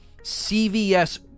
cvs